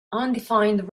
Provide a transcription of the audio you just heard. undefined